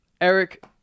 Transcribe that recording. Eric